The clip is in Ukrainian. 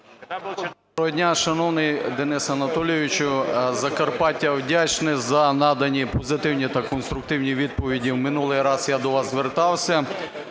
Доброго дня, шановний Денисе Анатолійовичу, Закарпаття вдячне за надані позитивні та конструктивні відповіді. В минулий раз я до вас звертався,